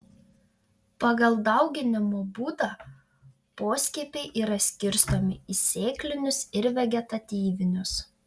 pagal dauginimo būdą poskiepiai yra skirstomi į sėklinius ir vegetatyvinius